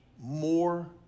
more